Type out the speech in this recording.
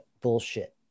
bullshit